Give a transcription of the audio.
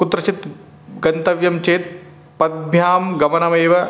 कुत्रचित् गन्तव्यं चेत् पादाभ्यां गमनमेव